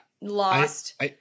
lost –